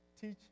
teach